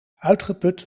uitgeput